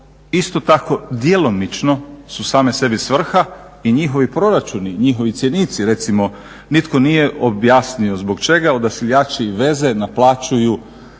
isto tako djelomično su same sebi svrha i njihovi proračuni, njihovi cjenici recimo nitko nije objasnio zbog čega Odašiljači i veze naplaćuju